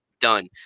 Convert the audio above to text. done